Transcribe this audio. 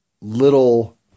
little